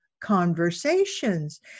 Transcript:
conversations